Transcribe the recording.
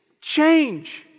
Change